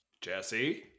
Jesse